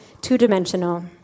two-dimensional